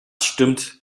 stimmt